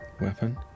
weapon